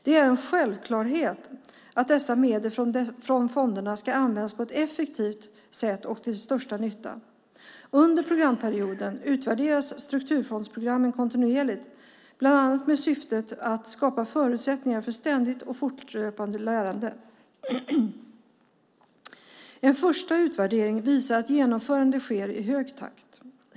Det är en självklarhet att dessa medel från fonderna ska användas på ett effektivt sätt och till största nytta. Under programperioden utvärderas strukturfondsprogrammen kontinuerligt, bland annat med syftet att skapa förutsättningar för ständigt och fortlöpande lärande. En första utvärdering visar att genomförandet sker i hög takt.